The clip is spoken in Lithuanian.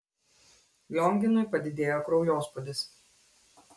lionginui padidėjo kraujospūdis